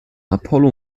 apollo